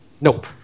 Nope